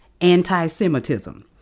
anti-Semitism